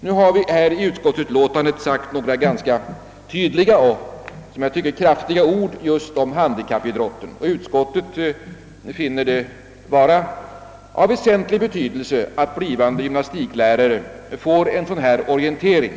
Vi har emellertid i utskottets utlåtande skrivit följande om handikappidrotten och det tycker jag är både tydligt och kraftigt: »Utskottet finner det vara av väsentlig betydelse att blivande gymnastiklärare erhåller en sådan orientering.